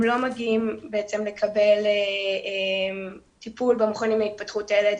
הם לא מגיעים בעצם לקבל טיפול במכונים להתפתחות הילד,